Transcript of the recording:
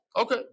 Okay